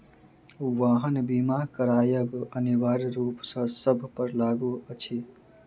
वाहन बीमा करायब अनिवार्य रूप सॅ सभ पर लागू अछि